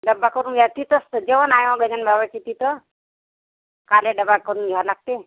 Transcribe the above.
डबा करून घ्यायची तसं तर जेवण आहे तर गजाननबाबाच्या तिथं काले डबा करून घ्यावा लागते